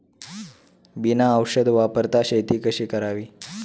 बिना औषध वापरता शेती कशी करावी?